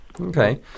Okay